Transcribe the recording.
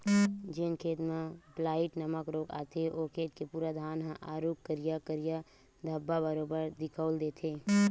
जेन खेत म ब्लाईट नामक रोग आथे ओ खेत के पूरा धान ह आरुग करिया करिया धब्बा बरोबर दिखउल देथे